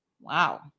wow